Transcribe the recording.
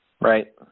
Right